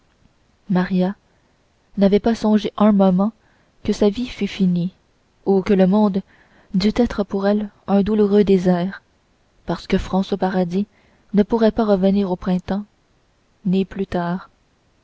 maria n'avait pas songé un moment que sa vie fût finie ou que le monde dût être pour elle un douloureux désert parce que françois paradis ne pourrait pas revenir au printemps ni plus tard